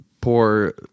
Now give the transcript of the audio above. poor